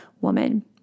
woman